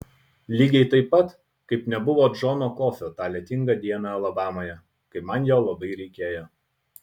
lygiai taip pat kaip nebuvo džono kofio tą lietingą dieną alabamoje kai man jo labai reikėjo